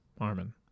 Armin